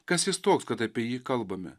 kas jis toks kad apie jį kalbame